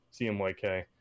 cmyk